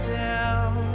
down